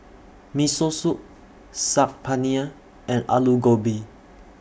Miso Soup Saag Paneer and Alu Gobi